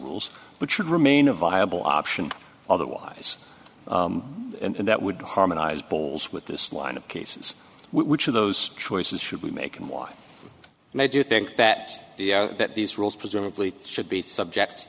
rules but should remain a viable option otherwise and that would harmonize boles with this line of cases which of those choices should we make and what made you think that the that these rules presumably should be subject